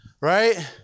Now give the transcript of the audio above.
Right